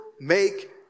make